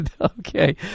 Okay